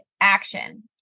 action